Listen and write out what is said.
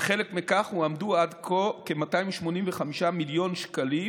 כחלק מכך הועמדו עד כה כ-285 מיליון שקלים